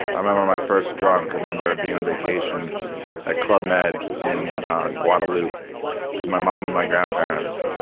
i remember my first drunk. i remember being on vacation at club med in guadeloupe with my mom and my grandparents.